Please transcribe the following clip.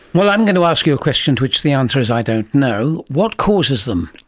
well, i'm going to ask you a question to which the answer is i don't know, what causes them?